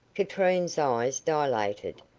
katrine's eyes dilated,